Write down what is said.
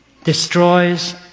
destroys